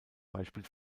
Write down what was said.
beispiel